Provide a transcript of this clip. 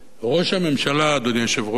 ראש הממשלה, אדוני היושב-ראש,